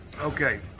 Okay